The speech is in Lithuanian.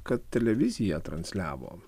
kad televizija transliavo